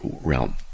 realm